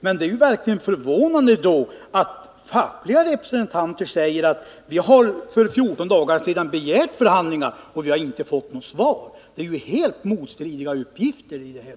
Men då är det verkligen förvånande att fackliga representanter säger att de för fjorton dagar sedan begärde förhandlingar men inte fått något svar. Det är ju helt motstridiga uppgifter.